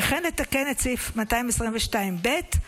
וכן לתקן את סעיף 222(ב)